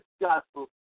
gospel